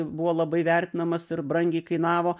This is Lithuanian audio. buvo labai vertinamas ir brangiai kainavo